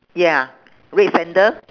ya red sandal